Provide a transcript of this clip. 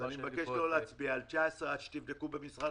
אני מבקש לא להצביע על מספר 19 עד שתבדקו במשרד